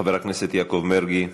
חבר הכנסת יעקב מרגי,